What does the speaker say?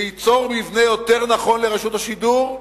שייצור מבנה יותר נכון לרשות השידור,